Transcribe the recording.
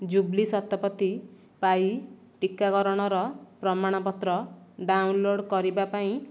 ଜୁବ୍ଲି ଶତପଥୀ ପାଇଁ ଟିକାକରଣର ପ୍ରମାଣପତ୍ର ଡାଉନଲୋଡ଼୍ କରିବା ପାଇଁ